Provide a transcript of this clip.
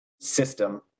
system